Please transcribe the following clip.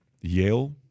Yale